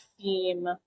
theme